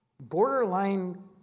Borderline